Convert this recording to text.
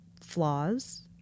flaws